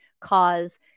cause